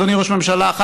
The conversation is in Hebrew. אדוני ראש הממשלה,